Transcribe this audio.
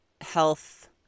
health